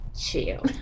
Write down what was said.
chill